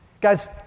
Guys